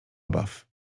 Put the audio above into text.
obaw